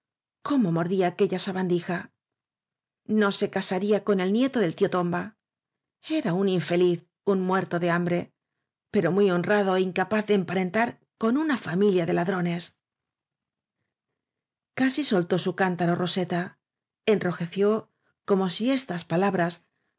cómo mordía aquella sabandija no se casaría con el nieto del tíg tcwiba era un infeliz un muerto de hambre pero muy honrado é incapaz de emparentar con una fa milia de ladrones casi soltó su cántaro roseta enrojeció como si estas palabras